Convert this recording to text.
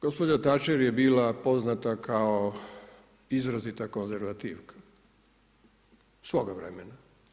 Gospođa Thatcher je bila poznata kao izrazita konzervativna, svoga vremena.